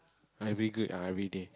I be good ah everyday